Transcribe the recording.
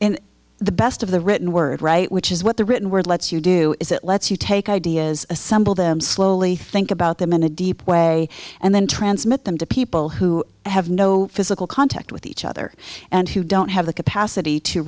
have the best of the written word right which is what the written word lets you do is it lets you take ideas assemble them slowly think about them in a deep way and then transmit them to people who have no physical contact with each other and who don't have the capacity to